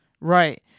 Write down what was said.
Right